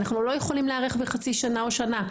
אנו לא יכולים להיערך בחצי שנה או שנה.